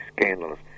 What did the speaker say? scandalous